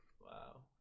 Wow